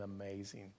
amazing